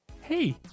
hey